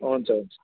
हुन्छ हुन्छ